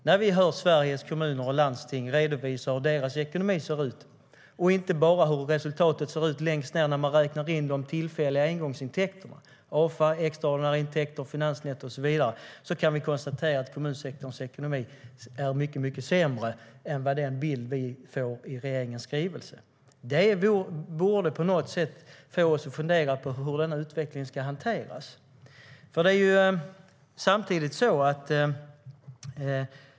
När vi hör Sveriges Kommuner och Landsting redovisa hur deras ekonomi ser ut och inte bara hur resultatet ser ut längst ned när man räknat in de tillfälliga engångsintäkterna - det gäller Afa, extraordinära intäkter, finansnetto och så vidare - kan vi konstatera att kommunsektorns ekonomi är mycket sämre än i den bild vi får i regeringens skrivelse. Det borde på något sätt få oss att fundera på hur denna utveckling ska hanteras.